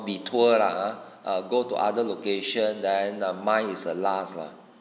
detour lah ah uh go to other location then mine is the last lah